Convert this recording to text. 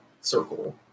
circle